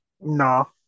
No